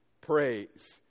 praise